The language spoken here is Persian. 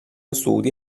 سعودی